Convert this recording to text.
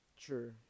True